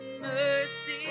mercy